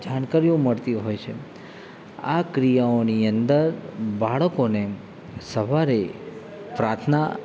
જાણકારીઓ મળતી હોય છે આ ક્રિયાઓની અંદર બાળકોને સવારે પ્રાર્થના